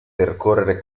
percorrere